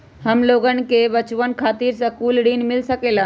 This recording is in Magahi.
हमलोगन के बचवन खातीर सकलू ऋण मिल सकेला?